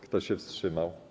Kto się wstrzymał?